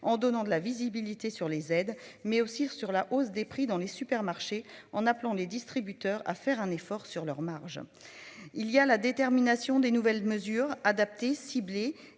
en donnant de la visibilité sur les aides mais aussi sur la hausse des prix dans les supermarchés en appelant les distributeurs à faire un effort sur leurs marges. Il y a la détermination des nouvelles mesures adaptées ciblée